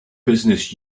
business